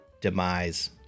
demise